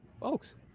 folks